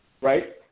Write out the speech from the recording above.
right